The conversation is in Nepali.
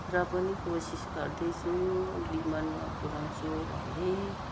र पनि कोसिस गर्दैछु डिमान्ड म पुर्याउँछु भन्ने